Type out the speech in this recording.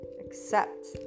accept